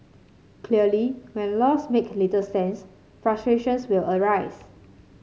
clearly when laws make little sense frustrations will arise